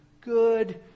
good